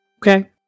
Okay